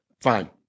fine